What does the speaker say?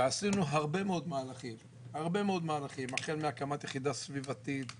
ועשינו הרבה מאוד מהלכים הרבה מאוד מהלכים: החל מהקמת יחידה סביבתית,